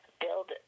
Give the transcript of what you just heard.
build